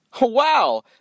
Wow